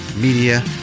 Media